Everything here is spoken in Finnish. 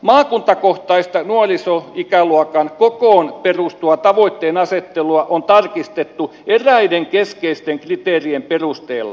maakuntakohtaista nuorisoikäluokan kokoon perustuvaa tavoitteenasettelua on tarkistettu eräiden keskeisten kriteerien perusteella